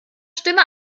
stimme